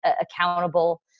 accountable